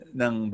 ng